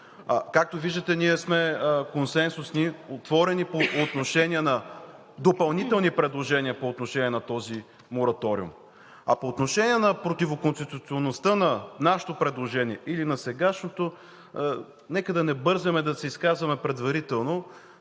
Както виждате, ние сме консенсусни, отворени по отношение на допълнителни предложения на този мораториум. По отношение на противоконституционността на нашето предложение или на сегашното, нека да не бързаме да се изказваме предварително.